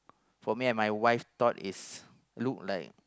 for me and my wife thought is look like